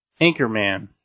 Anchorman